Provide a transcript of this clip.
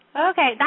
Okay